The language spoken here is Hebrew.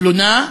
תלונה,